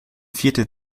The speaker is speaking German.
vierte